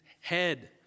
head